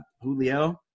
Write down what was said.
Julio